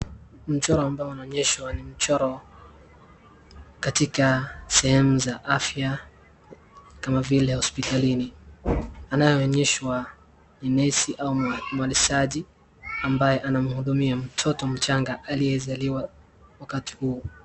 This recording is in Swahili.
Mchoro ambao unaonyeshwa ni mchoro katika sehemu za afya kama vile hospitalini. Anayeonyeshwa ni nesi ama mwalizaji ambaye anamhudumia mtoto mchanga aliyezaliwa wakati huo.